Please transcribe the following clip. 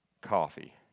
coffee